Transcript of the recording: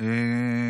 טוב.